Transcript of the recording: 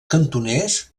cantoners